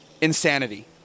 insanity